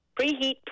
Preheat